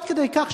עד כדי כך,